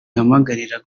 ihamagarira